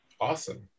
Awesome